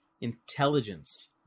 intelligence